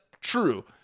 true